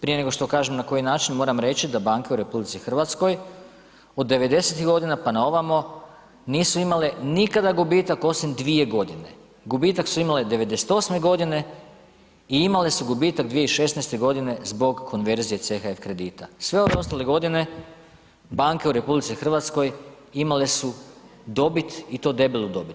Prije nego što kažem na koji način moram reći da banke u RH od 90.-tih godina, pa na ovamo nisu imale nikada gubitak osim dvije godine, gubitak su imale '98.g. i imale su gubitak 2016.g. zbog konverzije CHF kredita, sve ove ostale godine banke u RH imale su dobit i to debelu dobit.